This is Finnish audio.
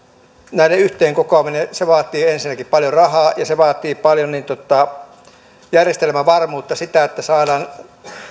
näiden yhteen kokoaminen vaatii ensinnäkin paljon rahaa ja se vaatii paljon järjestelmävarmuutta sitä että saadaan